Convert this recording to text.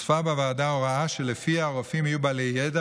הוספה בוועדה הוראה שלפיה הרופאים יהיו בעלי ידע